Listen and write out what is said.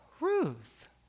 Ruth